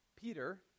Peter